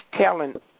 telling